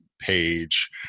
page